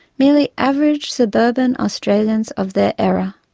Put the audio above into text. merely average suburban australians of their era.